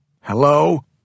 Hello